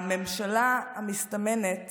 הממשלה המסתמנת